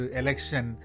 election